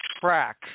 track